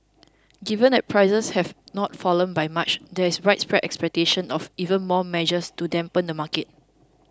given that prices have not fallen by much there is widespread expectation of even more measures to dampen the market